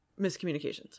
miscommunications